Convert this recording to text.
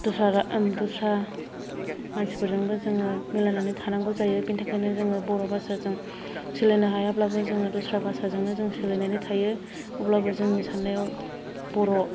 दस्रा मानसिफोरजोंबो जोंङो मिलायनानै थानांगौ जायो बिनि थाखायनो जोंङो बर' भासाजों सोलिनो हायाब्लाबो जोंङो दस्रा भासाजोंनो जों सोलिनानै थायो अब्लाबो जोंनि साननायाव बर'